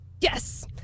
Yes